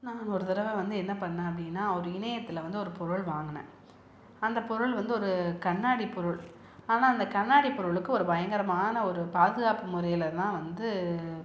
நான் ஒரு தடவ வந்து என்ன பண்ணேன் அப்படின்னா ஒரு இணையத்தில் வந்து ஒரு பொருள் வாங்கினேன் அந்த பொருள் வந்து ஒரு கண்ணாடி பொருள் ஆனால் அந்த கண்ணாடி பொருளுக்கு ஒரு பயங்கரமான ஒரு பாதுகாப்பு முறையில் தான் வந்து